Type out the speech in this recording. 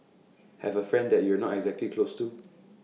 have A friend that you're not exactly close to